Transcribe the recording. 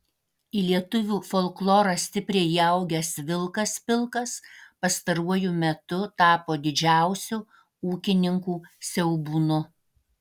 į lietuvių folklorą stipriai įaugęs vilkas pilkas pastaruoju metu tapo didžiausiu ūkininkų siaubūnu